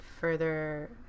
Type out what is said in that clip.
further